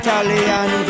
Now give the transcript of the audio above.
Italian